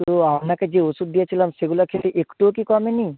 তো আপনাকে যে ওষুধ দিয়েছিলাম সেগুলো খেয়ে একটুও কি কমে নি